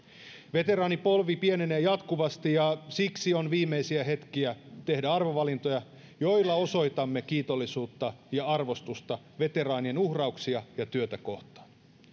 veteraanipolvi pienenee jatkuvasti ja siksi on viimeisiä hetkiä tehdä arvovalintoja joilla osoitamme kiitollisuutta ja arvostusta veteraanien uhrauksia ja työtä kohtaan